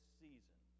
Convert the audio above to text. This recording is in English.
season